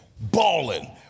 Balling